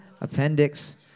Appendix